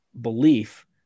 belief